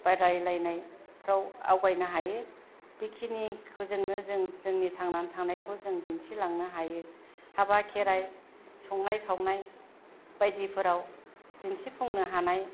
बादायलायनायफ्राव आवगायनो हायो बिखिनिखौनो जोंनो जों जोंनि थांनानै थानायखौ जों दिन्थिलांनो हायो हाबा खेराय संनाय खावनाय बायदिफोराव दिन्थिफुंनो हानाय